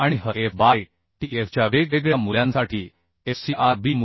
आणि Hf बायTf च्या वेगवेगळ्या मूल्यांसाठी FcRb